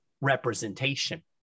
representation